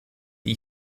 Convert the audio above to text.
die